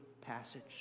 passage